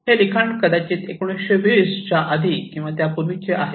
हे लिखाण कदाचित 1920 च्या आधी किंवा त्यापूर्वीचे आहे